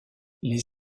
les